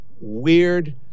weird